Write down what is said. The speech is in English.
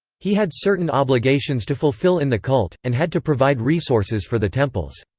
he had certain obligations to fulfill in the cult, and had to provide resources for the temples.